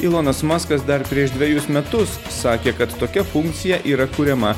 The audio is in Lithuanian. ilonos maskas dar prieš dvejus metus sakė kad tokia funkcija yra kuriama